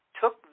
took